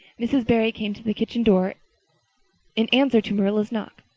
mrs. barry came to the kitchen door in answer to marilla's knock.